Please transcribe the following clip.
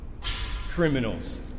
criminals